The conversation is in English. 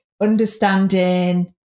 understanding